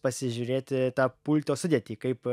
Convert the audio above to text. pasižiūrėti tą pulto sudėtį kaip